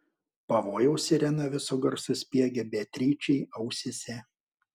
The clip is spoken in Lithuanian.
pavojaus sirena visu garsu spiegė beatričei ausyse